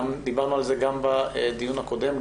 דיברנו על זה גם בדיון הקודם.